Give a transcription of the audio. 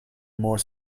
more